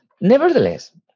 Nevertheless